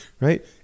right